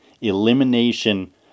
Elimination